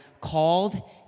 Called